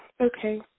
okay